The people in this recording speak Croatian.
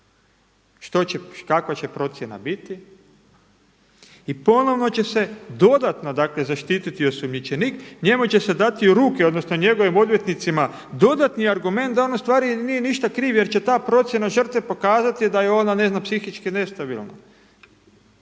kakva će procjena biti? I ponovno će se dodatno dakle zaštiti osumnjičenik, njemu će se dati u ruke, odnosno njegovim odvjetnicima dodatni argument da on u stvari nije ništa kriv jer će ta procjena žrtve pokazati da je ona ne znam psihički nestabilna.